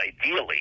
ideally